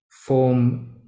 form